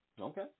Okay